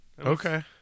Okay